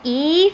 if